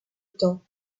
temps